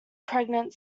pregnant